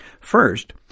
First